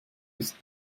ist